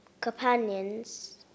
companions